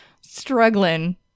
struggling